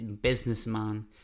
businessman